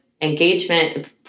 engagement